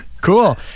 Cool